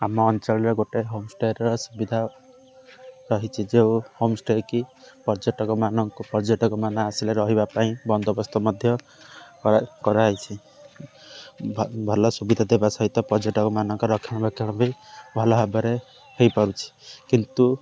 ଆମ ଅଞ୍ଚଳରେ ଗୋଟେ ହୋମଷ୍ଟେ'ର ସୁବିଧା ରହିଛି ଯେଉଁ ହୋମଷ୍ଟେ' କି ପର୍ଯ୍ୟଟକମାନଙ୍କୁ ପର୍ଯ୍ୟଟକମାନ ଆସିଲେ ରହିବା ପାଇଁ ବନ୍ଦୋବସ୍ତ ମଧ୍ୟ କରାଯାଇଛି ଭଲ ସୁବିଧା ଦେବା ସହିତ ପର୍ଯ୍ୟଟକମାନଙ୍କ ରକ୍ଷଣାବେକ୍ଷଣ ବି ଭଲ ଭାବରେ ହେଇପାରୁଛି କିନ୍ତୁ